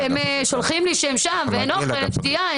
הם שולחים לי שהם שם ואין אוכל ושתייה.